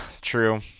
true